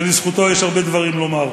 ובזכותו יש הרבה דברים לומר.